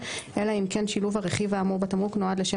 אלא אם כן שילוב הרכיב האמור בתמרוק נועד לשם